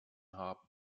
haben